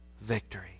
victory